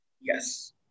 yes